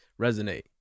Resonate